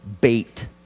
bait